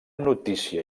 notícia